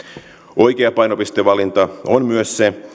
oikea painopistevalinta on myös se